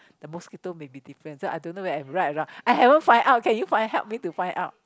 the mosquito may be different so I don't know whether I'm right or wrong I haven't find out can you find help me to find out